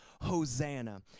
Hosanna